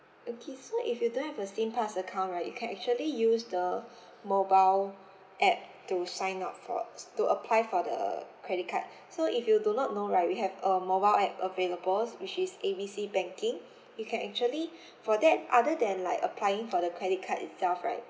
okay so if you don't have a singpass account right you can actually use the mobile app to sign up for to apply for the credit card so if you do not know right we have a mobile app available which is A B C banking you can actually for that other than like applying for the credit card itself right